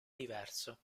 diverso